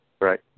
Right